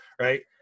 Right